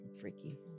freaky